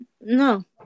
No